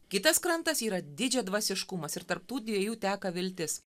kitas krantas yra didžiadvasiškumas ir tarp tų dviejų teka viltis